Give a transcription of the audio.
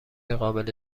قابل